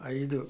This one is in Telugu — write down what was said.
ఐదు